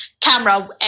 camera